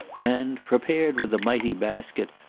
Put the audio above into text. and, prepared with a mighty basket,